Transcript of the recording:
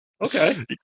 Okay